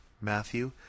Matthew